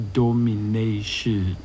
domination